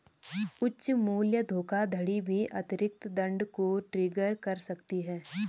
उच्च मूल्य धोखाधड़ी भी अतिरिक्त दंड को ट्रिगर कर सकती है